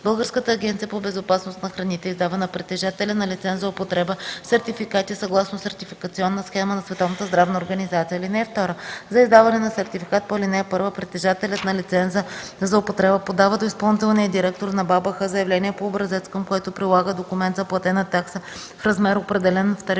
Българската агенция по безопасност на храните издава на притежателя на лиценз за употреба сертификати съгласно сертификатната схема на Световната здравна организация. (2) За издаване на сертификат по ал. 1 притежателят на лиценза за употреба подава до изпълнителния директор на БАБХ заявление по образец, към което прилага документ за платена такса в размер, определен в тарифата